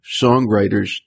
songwriters